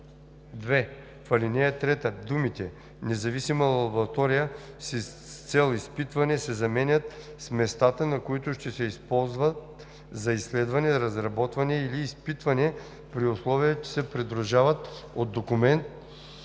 2. В ал. 3 думите „независима лаборатория с цел изпитване“ се заменят с „местата, на които ще се използват за изследване, разработване или изпитване, при условие че се придружават от документ,